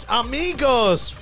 amigos